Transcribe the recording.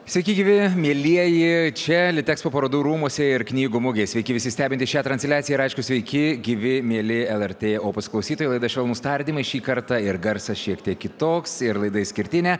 sveiki gyvi mielieji čia litexpo parodų rūmuose ir knygų mugėje sveiki visi stebintys šią transliaciją aišku sveiki gyvi mieli lrt opus klausytojai laida švelnūs tardymai šį kartą ir garsas šiek tiek kitoks ir laida išskirtinė